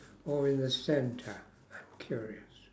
or in the centre I'm curious